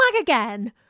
again